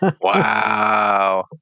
Wow